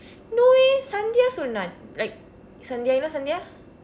no eh santhiya சொன்னா:sonnaa like santhiya you know santhiya